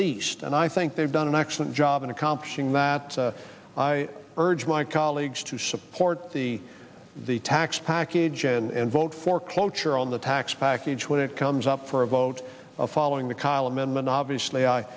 least and i think they've done an excellent job in accomplishing that i urge my colleagues to support the the tax package and vote for cloture on the tax package when it comes up for a vote following the column in monogamously i